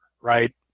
right